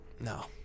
No